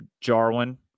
Jarwin